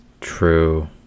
True